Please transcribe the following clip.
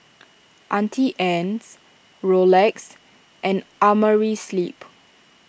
Auntie Anne's Rolex and Amerisleep